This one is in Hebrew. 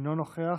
אינו נוכח.